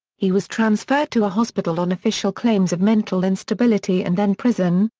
he was transferred to a hospital on official claims of mental instability and then prison,